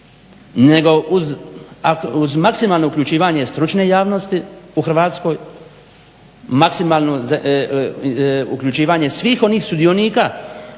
nego uz maksimalno uključivanje stručne javnosti u Hrvatskoj maksimalno uključivanje svih onih sudionika